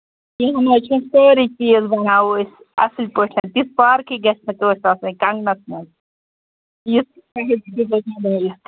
یِم حظ چھِ سٲری چیٖز بَناوو أسۍ اَصٕل پٲٹھۍ تِژھ پارکٕے گژھِ نہٕ کٲنٛسہِ آسٕنۍ کَنگنَس منٛز یِژھ بہٕ دِمہٕ بَنٲوِتھ